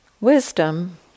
Wisdom